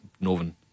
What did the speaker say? Northern